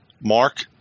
Mark